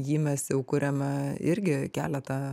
jį mes jau kuriame irgi keletą